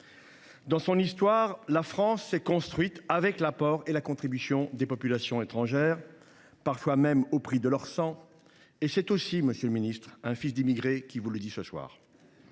Dans son histoire, la France s’est construite avec l’apport et la contribution des populations étrangères, parfois même au prix de leur sang. Monsieur le ministre, c’est un autre fils d’immigrés qui vous le dit ce soir